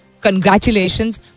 Congratulations